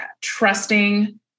trusting